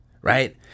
right